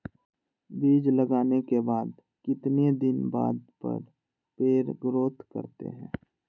बीज लगाने के बाद कितने दिन बाद पर पेड़ ग्रोथ करते हैं?